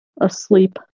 asleep